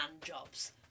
jobs